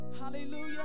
Hallelujah